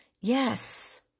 Yes